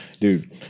dude